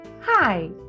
Hi